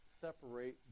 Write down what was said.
separate